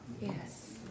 Yes